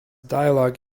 dialog